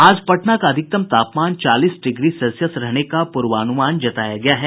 आज पटना का अधिकतम तापमान चालीस डिग्री सेल्सियस रहने का पूर्वानुमान जताया गया है